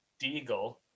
Deagle